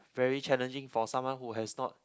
very challenging for someone who has not